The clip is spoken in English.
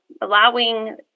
allowing